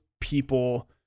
people